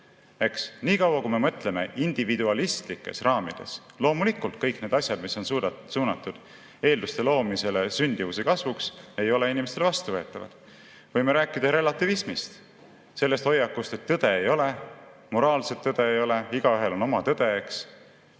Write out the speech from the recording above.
eks. Niikaua kui me mõtleme individualistlikes raamides, loomulikult, kõik need asjad, mis on suunatud eelduste loomisele sündimuse kasvuks, ei ole inimestele vastuvõetavad. Võime rääkida relativismist, sellest hoiakust, et tõde ei ole, moraalset tõde ei ole, igaühel on oma tõde.